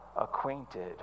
acquainted